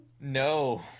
No